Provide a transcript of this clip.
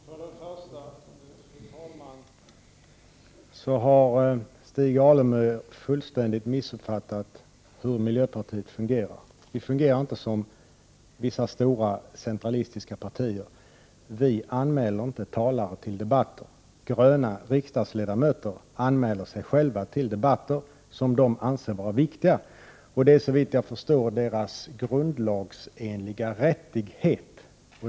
Fru talman! För det första har Stig Alemyr fullständigt missuppfattat hur miljöpartiet fungerar. Miljöpartiet fungerar inte som vissa stora centralistiska partier. Vi anmäler inte talare till debatter. Gröna riksdagsledamöter anmäler sig själva till de debatter som de anser vara viktiga. Såvitt jag förstår är det deras grundlagsenliga rättighet.